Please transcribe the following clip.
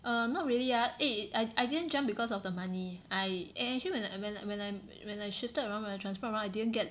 err not really ah eh I I didn't jump because of the money I and actually when when I when I when I when I shifted around when I transport around I didn't get